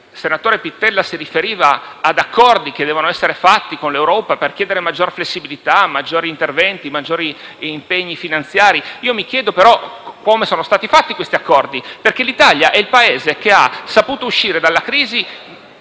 senatore Pittella ha fatto riferimento ad accordi che devono essere fatti con l'Europa per chiedere maggiore flessibilità, maggiori interventi e maggiori impegni finanziari. Io, però, mi chiedo come sono stati fatti tali accordi, perché l'Italia è il Paese che ha saputo uscire dalla crisi